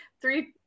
Three –